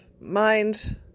mind